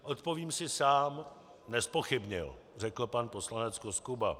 Odpovím si sám nezpochybnil, řekl pan poslanec Koskuba.